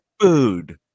food